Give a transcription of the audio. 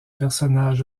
personnage